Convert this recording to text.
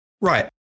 Right